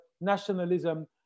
nationalism